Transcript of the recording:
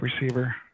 receiver